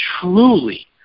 truly